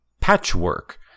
Patchwork